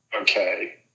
okay